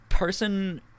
person